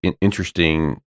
interesting